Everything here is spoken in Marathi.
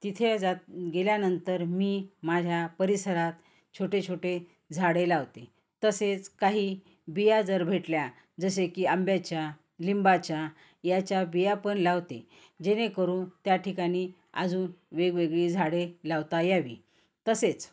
तिथे जात गेल्यानंतर मी माझ्या परिसरात छोटे छोटे झाडे लावते तसेच काही बिया जर भेटल्या जसे की आंब्याच्या लिंबाच्या याच्या बियापण लावते जेणेकरून त्या ठिकाणी अजून वेगवेगळी झाडे लावता यावी तसेच